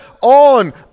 on